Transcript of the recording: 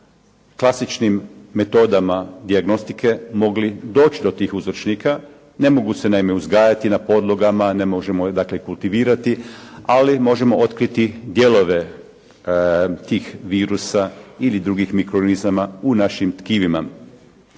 klasičnim metodama dijagnostike mogli doći do tih uzročnika. Ne mogu se naime uzgajati na podlogama, ne možemo dakle kultivirati, ali možemo otkriti dijelove tih virusa ili drugih mikroorganizama u našim tkivima.